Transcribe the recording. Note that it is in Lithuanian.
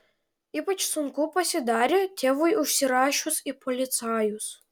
ypač sunku pasidarė tėvui užsirašius į policajus